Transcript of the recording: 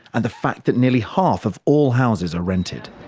and the fact that nearly half of all houses are rented.